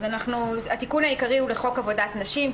התיקון העיקרי הוא לחוק עבודת נשים.